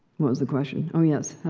was the question? oh yes.